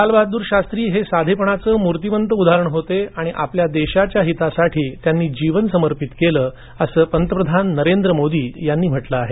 लाल बहादूरशास्त्री शास्त्री हे साधेपणाचे मूर्तिमंत उदाहरण होते आणि आपल्या देशाच्या हितासाठी त्यांनी जीवन समर्पित केलं अस पंतप्रधान नरेंद्र मोदी यांनी म्हटलं आहे